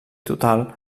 total